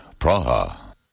Praha